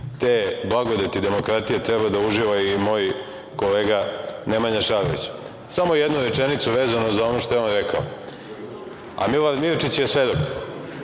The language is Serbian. te blagodeti demokratije treba da uživa i moj kolega Nemanja Šarović. Samo jednu rečenicu vezano za ono što je on rekao, a Milorad Mirčić je svedok.